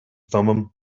thummim